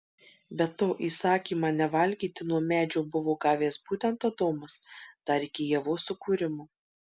be to įsakymą nevalgyti nuo medžio buvo gavęs būtent adomas dar iki ievos sukūrimo